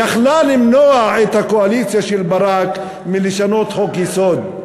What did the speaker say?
יכלה למנוע את הקואליציה של ברק מלשנות חוק-יסוד,